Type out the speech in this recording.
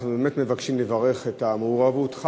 אנחנו באמת מבקשים לברך על מעורבותך